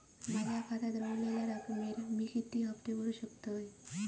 माझ्या खात्यात रव्हलेल्या रकमेवर मी किती हफ्ते भरू शकतय?